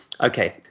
Okay